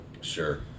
Sure